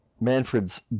Manfred's